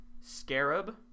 Scarab